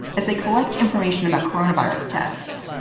as they collect information about coronavirus tests.